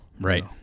Right